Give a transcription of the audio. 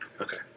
Okay